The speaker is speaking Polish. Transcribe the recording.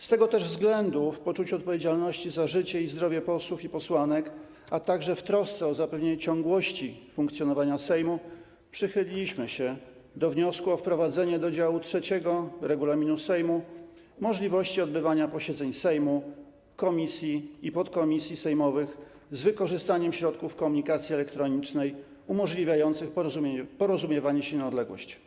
Z tego też względu, w poczuciu odpowiedzialności za życie i zdrowie posłów i posłanek, a także w trosce o zapewnienie ciągłości funkcjonowania Sejmu, przychyliliśmy się do wniosku o wprowadzenie do działu III regulaminu Sejmu możliwości odbywania posiedzeń Sejmu, komisji i podkomisji sejmowych z wykorzystaniem środków komunikacji elektronicznej umożliwiających porozumiewanie się na odległość.